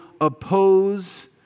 oppose